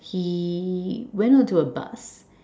he went onto a bus